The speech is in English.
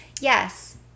Yes